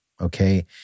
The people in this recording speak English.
okay